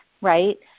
right